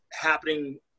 happening